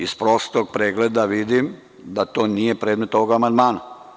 Iz prostog predloga vidim da to nije predmet ovog amandmana.